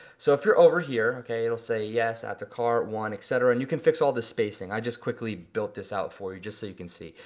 so if you're over here, okay, it'll say yes, add to cart, one, et cetera, and you can fix all the spacing. i just quickly built this out for you just so you can see.